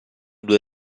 due